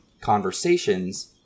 conversations